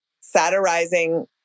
satirizing